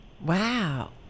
Wow